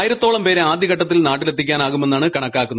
ആയിർത്തോളം പേരെ ആദ്യഘട്ടത്തിൽ നാട്ടിലെത്തിക്കാനാകുമെന്നാണ് കണക്കാക്കുന്നത്